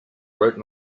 wrote